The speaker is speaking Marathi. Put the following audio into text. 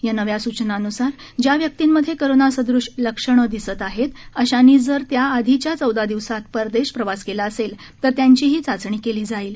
या नव्या सुचनांनुसार ज्या व्यक्तींमध्ये कोरोनासदृश्य लक्षणं दिसत आहेत अशांनी जर त्याआधीच्या चौदा दिवसात परदेश प्रवास केला असेल तर त्यांचीही चाचणी केली जाईल